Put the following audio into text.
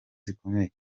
zikomeye